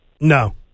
No